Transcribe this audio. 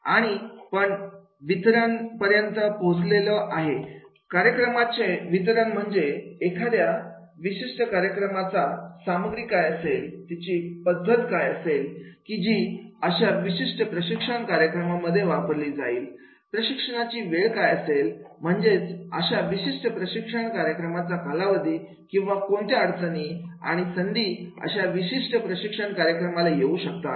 आणि पण वितरणा पर्यंत पोहोचलो आहे कार्यक्रमाच्या वितरण म्हणजे एखाद्या विशिष्ट कार्यक्रमाचा सामग्री काय असेल तिची पद्धत काय असेल की जी अशा विशिष्ट प्रशिक्षण कार्यक्रमांमध्ये वापरली जाईल प्रशिक्षणाची वेळ काय असेल म्हणजेच अशा विशिष्ट प्रशिक्षण कार्यक्रमाचा कालावधी आणि कोणत्या अडचणी आणि संधी अशा विशिष्ट प्रशिक्षण कार्यक्रमाला येऊ शकतील